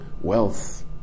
wealth